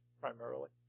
primarily